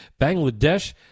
Bangladesh